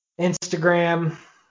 Instagram